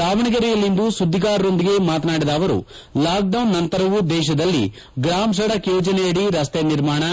ದಾವಣಗೆರೆಯಲ್ಲಿಂದು ಸುದ್ದಿಗಾರರೊಂದಿಗೆ ಮಾತನಾಡಿದ ಅವರು ಲಾಕ್ ಡೌನ್ ನಂತರವೂ ದೇಶದಲ್ಲಿ ಗ್ರಾಮ ಸಡಕ್ ಯೋಜನೆ ಅದಿ ರಸ್ತೆ ನಿರ್ಮಾಣ